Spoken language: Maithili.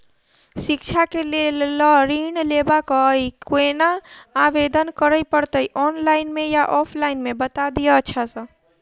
शिक्षा केँ लेल लऽ ऋण लेबाक अई केना आवेदन करै पड़तै ऑनलाइन मे या ऑफलाइन मे बता दिय अच्छा सऽ?